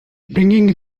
bringing